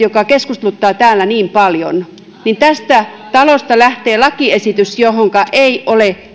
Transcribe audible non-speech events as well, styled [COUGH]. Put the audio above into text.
[UNINTELLIGIBLE] joka keskusteluttaa täällä niin paljon niin kuinka tästä talosta lähtee lakiesitys jonka käsittelyssä yksikään asiantuntija ei ole